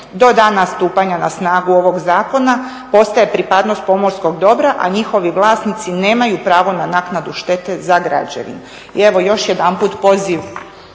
do dana stupanja na snagu ovog zakona postaje pripadnog pomorskog dobra, a njihovi vlasnici nemaju pravo na naknadu štete za građevinu. I evo još jedanput poziv